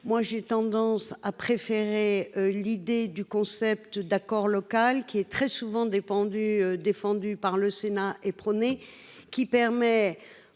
Moi j'ai tendance à préférer l'idée du concept d'accord local qui est très souvent des pendus, défendue par le Sénat éperonné qui permet